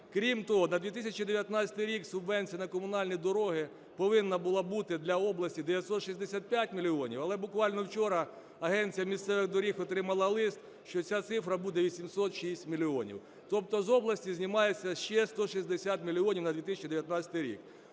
Крім того, на 2019 рік субвенція на комунальні дороги повинна була бути для області 965 мільйонів, але буквально вчора агенція місцевих доріг отримала лист, що ця цифра буде 806 мільйонів, тобто з області знімається ще 160 мільйонів на 2019 рік.